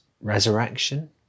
resurrection